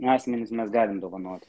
asmenys mes galime dovanoti